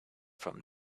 from